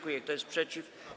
Kto jest przeciw?